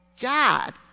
God